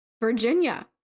Virginia